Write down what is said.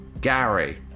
Gary